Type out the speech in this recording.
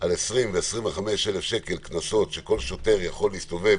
על 25,000 שקלים קנס שכל שוטר יכול להסתובב